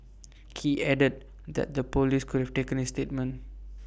he added that the Police could taken his statement